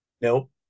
Nope